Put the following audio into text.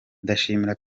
ndashimira